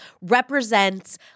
represents